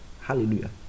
Hallelujah